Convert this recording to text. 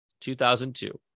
2002